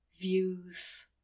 views